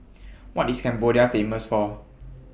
What IS Cambodia Famous For